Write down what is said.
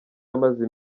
amaze